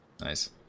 Nice